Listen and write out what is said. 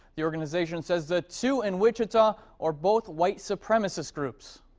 the organization says the two in wichita are both white supremacist groups.